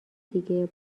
دیگه